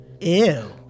Ew